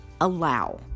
allow